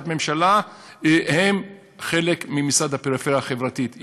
הממשלה הן חלק ממשרד הפריפריה החברתית.